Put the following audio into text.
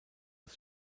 das